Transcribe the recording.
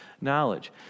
knowledge